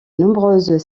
nombreuses